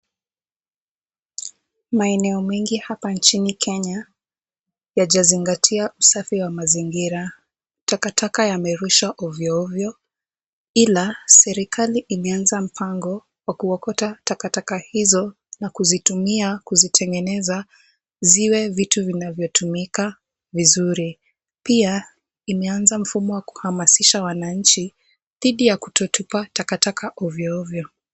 Maeneo mengi hapa nchini Kenya yajazingatia usafi wa mazingira. Takataka yamerushwa ovyoovyo, ila serikali imeanza mpango wa kuokota takataka hizo na kuzitumia kuzitengeneza ziwe vitu vinavyotumika vizuri. Pia, imeanza mfumo wa kuhamasisha wananchi dhidi ya kutotupa takataka ovyoovyo.